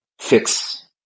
fix